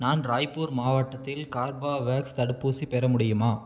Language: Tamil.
நான் ராய்ப்பூர் மாவட்டத்தில் கார்பாவேக்ஸ் தடுப்பூசி பெற முடியுமா